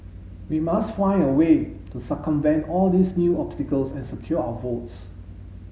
we must find a way to circumvent all these new obstacles and secure our votes